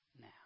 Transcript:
now